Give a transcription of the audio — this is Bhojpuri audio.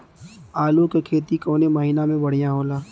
आलू क खेती कवने महीना में बढ़ियां होला?